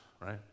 right